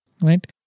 right